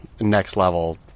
next-level